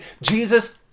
Jesus